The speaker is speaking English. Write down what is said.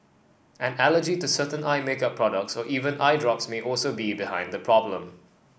an allergy to certain eye makeup products or even eye drops may also be behind the problem